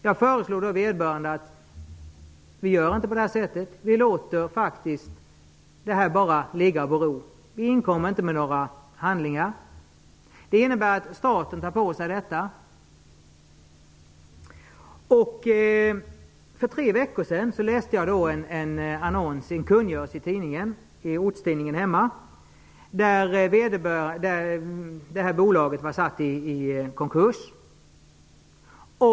Jag föreslog då vederbörande att vi inte skulle göra på detta sätt utan faktiskt bara låta saken bero, utan att inkomma med några handlingar. Det innebär att staten tar på sig kostnaden för detta. För tre veckor sedan läste jag en kungörelse i min ortstidning enligt vilken bolaget var satt i konkurs.